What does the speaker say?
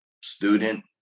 student